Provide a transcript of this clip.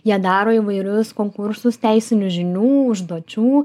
jie daro įvairius konkursus teisinių žinių užduočių